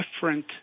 different